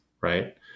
Right